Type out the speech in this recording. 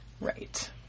Right